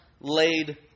laid